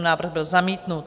Návrh byl zamítnut.